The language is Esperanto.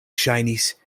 ŝajnis